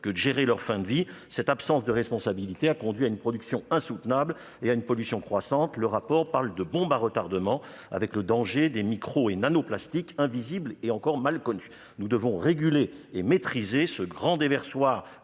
que de gérer leur fin de vie ! Cette absence de responsabilité a conduit à une production insoutenable et à une pollution croissante- le rapport parle de « bombe à retardement »-, avec le danger des microplastiques et des nanoplastiques invisibles et encore mal connus. Nous devons réguler et maîtriser ce grand déversoir